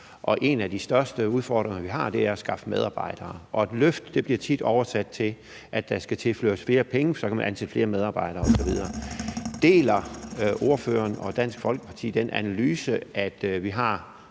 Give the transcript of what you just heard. En af de største udfordringer, vi har, er at skaffe medarbejdere, og et løft bliver tit oversat til, at der skal tilføres flere penge, så man kan ansætte flere medarbejdere osv. Deler ordføreren og Dansk Folkeparti den analyse, at vi har